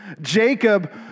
Jacob